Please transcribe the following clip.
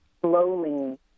slowly